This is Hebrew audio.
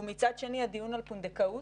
ומצד שני, הדיון על פונדקאות,